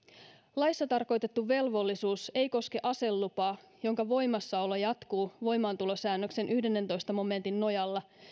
laissa tarkoitettu velvollisuus ei koske aselupaa jonka voimassaolo jatkuu voimaantulosäännöksen yhdennentoista momentin nojalla